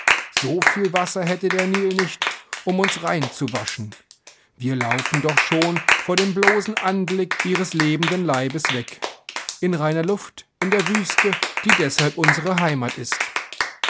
töten soviel wasser hätte der nil nicht um uns rein zu waschen wir laufen doch schon vor dem bloßen anblick ihres lebenden leibes weg in reinere luft in die wüste die deshalb unsere heimat ist